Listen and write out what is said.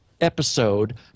episode